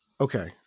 Okay